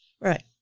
Right